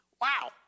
Wow